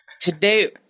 Today